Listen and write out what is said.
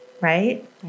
Right